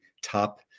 top